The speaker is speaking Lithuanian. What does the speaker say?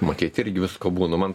matyt irgi visko būna man